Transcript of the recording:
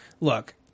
look